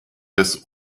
des